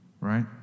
Right